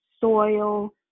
soil